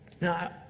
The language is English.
now